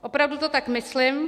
Opravdu to tak myslím.